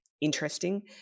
interesting